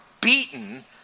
beaten